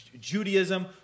Judaism